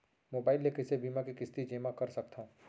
Mobile ले कइसे बीमा के किस्ती जेमा कर सकथव?